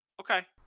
Okay